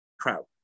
crowd